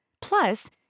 plus